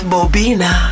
Bobina